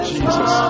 Jesus